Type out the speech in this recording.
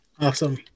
Awesome